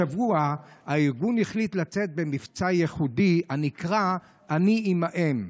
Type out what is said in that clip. השבוע הארגון החליט לצאת במבצע ייחודי הנקרא "אני עימהם"